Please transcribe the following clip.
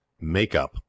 make-up